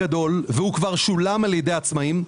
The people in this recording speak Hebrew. והוא כבר שולם על ידי עצמאים,